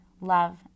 love